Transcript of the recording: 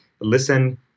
listen